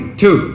two